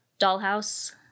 dollhouse